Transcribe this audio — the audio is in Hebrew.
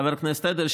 חבר הכנסת אדלשטיין,